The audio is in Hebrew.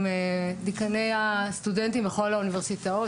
עם דיקאני הסטודנטים בכל האוניברסיטאות,